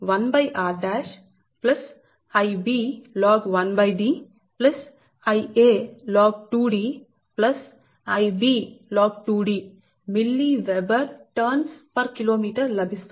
4605 Ia log1r Ib log1D Ia log2D Ib log 2DmWb Tkm లభిస్తుంది